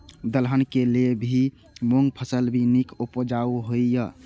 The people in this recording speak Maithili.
दलहन के लेल भी मूँग फसल भी नीक उपजाऊ होय ईय?